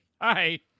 Hi